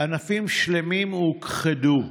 ענפים שלמים הוכחדו.